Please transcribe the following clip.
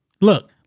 Look